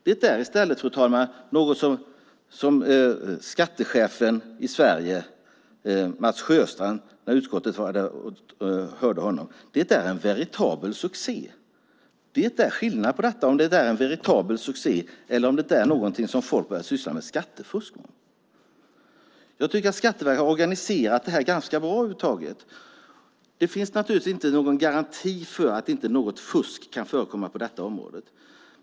Det är i stället, fru talman, något som skattechefen i Sverige, Mats Sjöstrand, sade är en veritabel succé när utskottet lyssnade på honom. Det är skillnad på om det är en veritabel succé eller om det är något som gör att folk börjar syssla med skattefusk. Jag tycker över huvud taget att Skatteverket har organiserat det här ganska bra. Det finns naturligtvis inte någon garanti för att fusk inte kan förekomma på detta område.